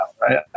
right